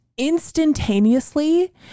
instantaneously